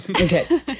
Okay